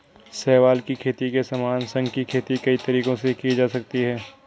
शैवाल की खेती के समान, शंख की खेती कई तरीकों से की जा सकती है